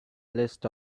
list